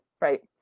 right